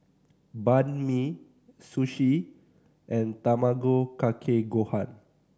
Banh Mi Sushi and Tamago Kake Gohan